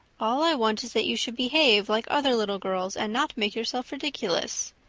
all i want is that you should behave like other little girls and not make yourself ridiculous.